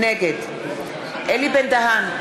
נגד אלי בן-דהן,